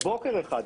בבוקר אחד,